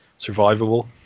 survivable